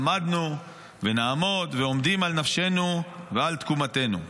עמדנו ונעמוד ועומדים על נפשנו ועל תקומתנו.